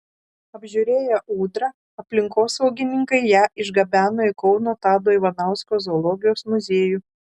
apžiūrėję ūdrą aplinkosaugininkai ją išgabeno į kauno tado ivanausko zoologijos muziejų